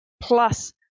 plus